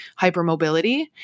hypermobility